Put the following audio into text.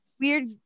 weird